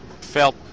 felt